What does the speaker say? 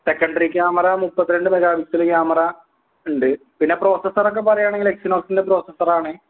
secondary camera മുപ്പത്തിരണ്ട് mega pixel camera ഉണ്ട് പിന്നെ പ്രോസസ്സറൊക്കെ പറയുവാണെങ്കില് എക്സിനൊസിൻ്റെ പ്രോസസറാണ്